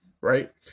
right